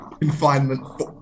Confinement